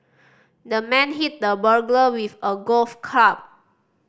the man hit the burglar with a golf club